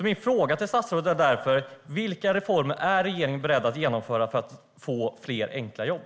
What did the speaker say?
Min fråga till statsrådet är därför: Vilka reformer är regeringen beredd att genomföra för att få fler enkla jobb?